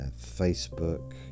Facebook